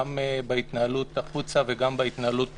גם בהתנהלות החוצה וגם בהתנהלות פנימה.